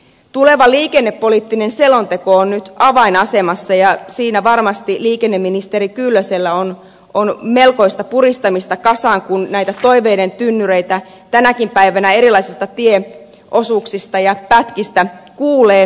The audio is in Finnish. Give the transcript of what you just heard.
tuleva liikennepoliittinen selonteko on nyt avainasemassa ja siinä varmasti liikenneministeri kyllösellä on melkoista puristamista kasaan kun näitä toiveiden tynnyreitä tänäkin päivänä erilaisista tieosuuksista ja pätkistä kuulee